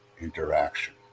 interaction